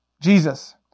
Jesus